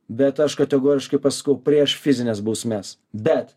bet aš kategoriškai pasakau prieš fizines bausmes bet